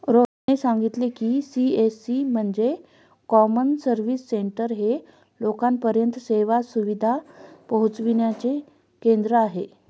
रोहितने सांगितले की, सी.एस.सी म्हणजे कॉमन सर्व्हिस सेंटर हे लोकांपर्यंत सेवा सुविधा पोहचविण्याचे केंद्र आहे